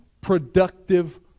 productive